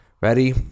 Ready